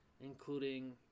including